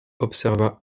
observa